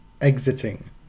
exiting